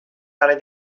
برای